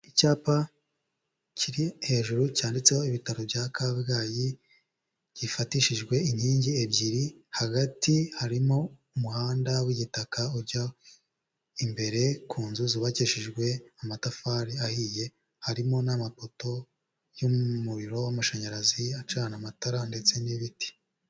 Icyapa kiri hejuru cyanditseho ibitaro bya Kabgayi, gifatishijwe inkingi ebyiri, hagati harimo umuhanda w'igitaka ujya imbere ku nzu zubakishijwe amatafari ahiye, harimo n'amapoto y'umuriro w'amashanyarazi acana amatara ndetse n'ibiti.